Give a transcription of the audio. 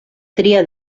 tria